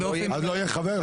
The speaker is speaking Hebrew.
אז לא יהיה חבר?